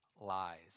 lies